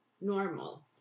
normal